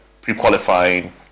pre-qualifying